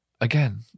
Again